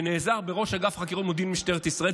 שנעזר בראש אגף חקירות מודיעין משטרת ישראל,